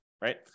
right